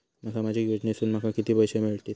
सामाजिक योजनेसून माका किती पैशे मिळतीत?